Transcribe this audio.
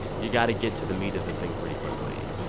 you've got to get to the meat of the thing pretty quickly.